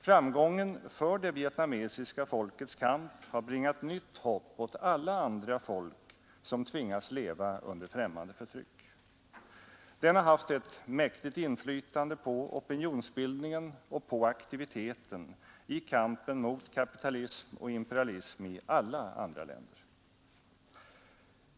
Framgången för det vietnamesiska folkets kamp har bringat nytt hopp åt alla andra folk som tvingas leva under främmande förtryck. Den har haft ett mäktigt inflytande på opinionsbildningen och på aktiviteten i kampen 35 mot kapitalism och imperialism i alla andra länder.